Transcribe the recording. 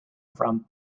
from